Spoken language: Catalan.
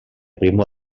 primo